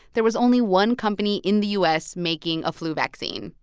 there was only one company in the u s. making a flu vaccine.